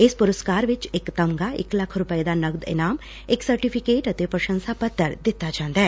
ਇਸ ਪੁਰਸਕਾਰ ਚ ਇਕ ਤਮਗਾ ਇਕ ਲੱਖ ਰੁਪੈ ਦਾ ਨਕਦ ਇਨਾਮ ਇਕ ਸਰਟੀਫੀਕੇਟ ਅਤੇ ਪ੍ੰਸਸਾ ਪੱਤਰ ਦਿੱਤਾ ਜਾਂਦੈ